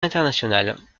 internationales